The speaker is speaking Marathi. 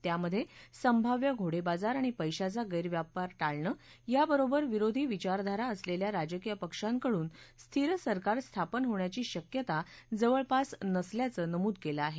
त्यामध्ये संभाव्य घोडेबाजार आणि पैशाचा गैरव्यापार टाळणं याबरोबर विरोधी विचारधारा असलेल्या राजकीय पक्षांकडून स्थिर सरकार स्थापन होण्याची शक्यता जवळपास नसल्याचं नमूद केलं आहे